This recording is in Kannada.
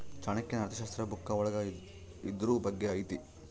ಚಾಣಕ್ಯನ ಅರ್ಥಶಾಸ್ತ್ರ ಬುಕ್ಕ ಒಳಗ ಇದ್ರೂ ಬಗ್ಗೆ ಐತಿ